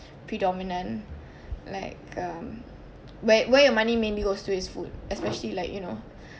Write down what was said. predominant like um where where your money mainly goes to is food especially like you know